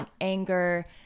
anger